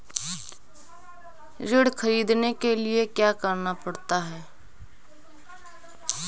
ऋण ख़रीदने के लिए क्या करना पड़ता है?